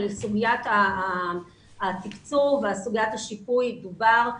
על סוגיית התקצוב ועל סוגיית השיפוי דובר.